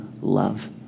love